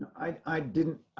i didn't.